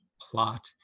plot